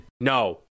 No